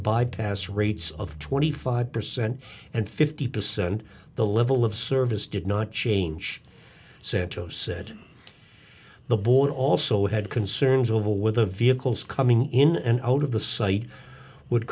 bypass rates of twenty five percent and fifty percent the level of service did not change santos said the board also had concerns over whether vehicles coming in and out of the site would